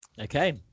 okay